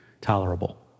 tolerable